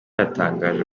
yatangaje